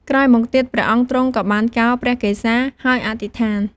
ក្រោយមកទៀត ព្រះអង្គទ្រង់ក៏បានកោរព្រះកេសា ហើយអធិដ្ឋាន។